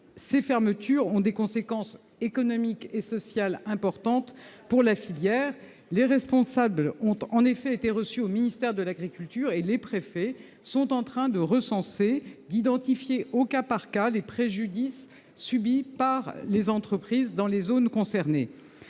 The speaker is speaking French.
ces fermetures ont des conséquences économiques et sociales importantes pour la filière. Les responsables ont en effet été reçus au ministère de l'agriculture, et les préfets sont en train de recenser, d'identifier cas par cas les préjudices subis par les entreprises dans les zones concernées.